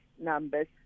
numbers